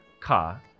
car